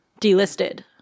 delisted